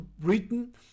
written